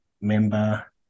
member